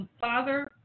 father